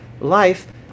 life